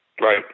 Right